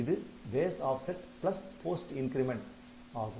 இது base offset plus post increment ஆகும்